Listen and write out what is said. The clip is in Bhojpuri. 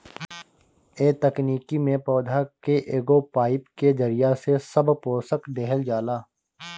ए तकनीकी में पौधा के एगो पाईप के जरिया से सब पोषक देहल जाला